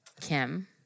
Kim